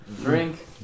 Drink